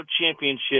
championship